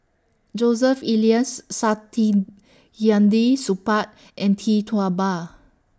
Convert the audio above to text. Joseph Elias Saktiandi Supaat and Tee Tua Ba